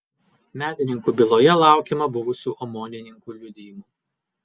medininkų byloje laukiama buvusių omonininkų liudijimų